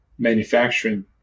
manufacturing